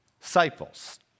Disciples